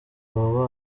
aba